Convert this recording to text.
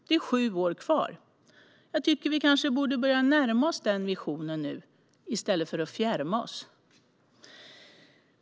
Det är sju år kvar - vi kanske borde börja närma oss den visionen nu, i stället för att fjärma oss.